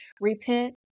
Repent